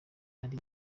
hari